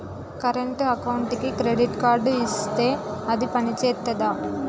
Current అకౌంట్కి credit card ఇత్తే అది పని చేత్తదా?